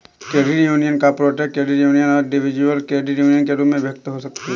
credit union corporate credit union और individual credit union के रूप में विभक्त हो सकती हैं